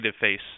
face